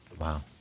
Wow